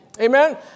Amen